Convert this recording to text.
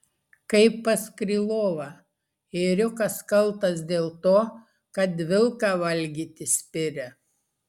kaip pas krylovą ėriukas kaltas dėl to kad vilką valgyti spiria